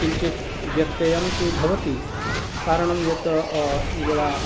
किञ्चित् व्यत्ययं तु भवति कारणं यत् यदा